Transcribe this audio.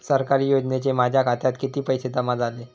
सरकारी योजनेचे माझ्या खात्यात किती पैसे जमा झाले?